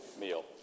meal